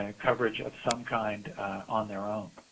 ah coverage of some kind on their own.